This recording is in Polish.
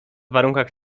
warunkach